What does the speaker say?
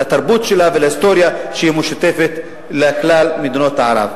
לתרבות שלה ולהיסטוריה שהיא משותפת לכלל מדינות ערב.